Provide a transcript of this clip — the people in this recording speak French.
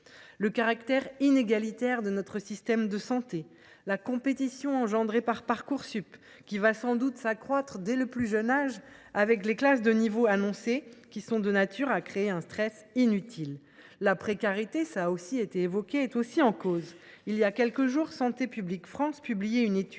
Le caractère inégalitaire de notre système scolaire et la compétition engendrée par Parcoursup, qui va sans doute s’accroître dès le plus jeune âge avec les classes de niveaux annoncées, sont de nature à créer un stress inutile. La précarité – cela a été évoqué – est aussi en cause. Voilà quelques jours, Santé publique France publiait une étude